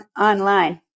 online